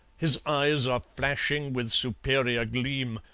his eyes are flashing with superior gleam,